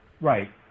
Right